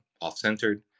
off-centered